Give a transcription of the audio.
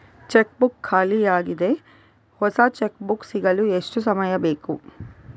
Check book ಖಾಲಿ ಯಾಗಿದೆ, ಹೊಸ ಚೆಕ್ ಬುಕ್ ಸಿಗಲು ಎಷ್ಟು ಸಮಯ ಬೇಕು?